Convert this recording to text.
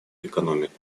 экономику